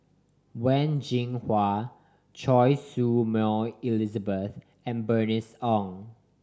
Wen Jinhua Choy Su Moi Elizabeth and Bernice Ong